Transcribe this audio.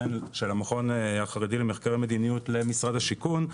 של המכון החרדי למחקרי מדיניות למשרד השיכון,